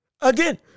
Again